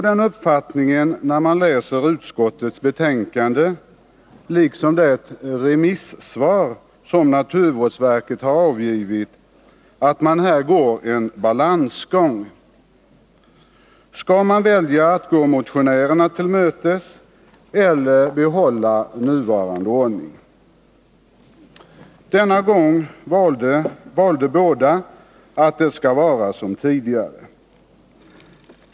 Den som läser utskottets betänkande liksom det remissvar naturvårdsverket har avgivit kan få uppfattningen att man här går en balansgång: Skall man välja att gå motionärerna till mötes eller behålla nuvarande ordning? Denna gång valde både naturvårdsverket och utskottet att det skall vara som tidigare.